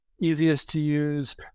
easiest-to-use